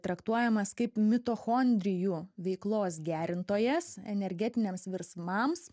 traktuojamas kaip mitochondrijų veiklos gerintojas energetiniams virsmams